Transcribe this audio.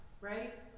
right